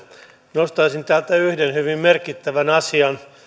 nostaisin täältä yhden hyvin merkittävän asian